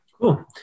Cool